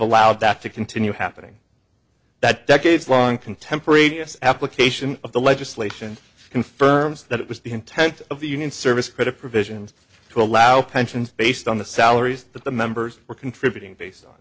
allowed that to continue happening that decades long contemporaneous application of the legislation confirms that it was the intent of the union service credit provisions to allow pensions based on the salaries that the members were contributing based on